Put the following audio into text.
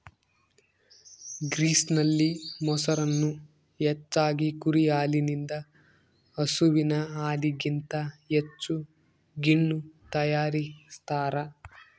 ಗ್ರೀಸ್ನಲ್ಲಿ, ಮೊಸರನ್ನು ಹೆಚ್ಚಾಗಿ ಕುರಿ ಹಾಲಿನಿಂದ ಹಸುವಿನ ಹಾಲಿಗಿಂತ ಹೆಚ್ಚು ಗಿಣ್ಣು ತಯಾರಿಸ್ತಾರ